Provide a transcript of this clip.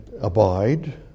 abide